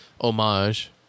homage